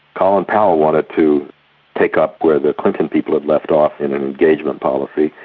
colin powell wanted to take up where the clinton people had left off in an engagement policy,